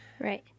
Right